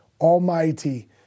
Almighty